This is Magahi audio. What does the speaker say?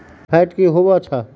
फैट की होवछै?